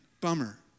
bummer